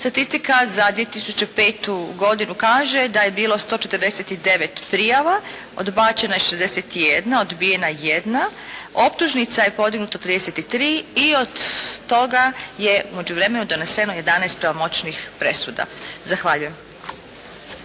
statistika za 2005. godinu kaže da je bilo 149 prijava, odbačena je 61, odbijena jedna, optužnica je podignuto 33 i od toga je u međuvremenu doneseno 11 pravomoćnih presuda. Zahvaljujem.